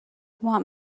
want